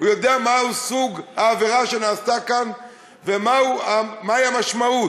יודע מהו סוג העבירה שנעשתה כאן ומהי המשמעות.